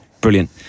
Brilliant